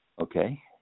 Okay